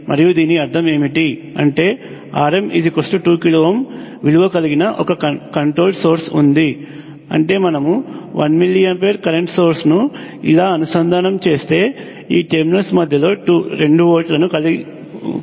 మరియు దీని అర్థం ఏమిటి అంటే Rm2k విలువ కలిగిన ఒక కంట్రోల్డ్ సోర్స్ ఉంది అంటే మనము 1mA కరెంట్ సోర్స్ను ఇలా అనుసంధానం చేస్తే ఈ టెర్మినల్స్ మధ్యలో 2 వోల్ట్లను కొలుస్తాము